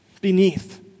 beneath